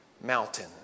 mountain